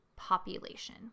population